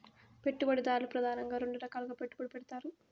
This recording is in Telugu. పెట్టుబడిదారులు ప్రెదానంగా రెండు రకాలుగా పెట్టుబడి పెడతారు